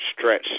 stretch